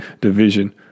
division